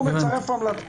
הוא מצרף המלצה,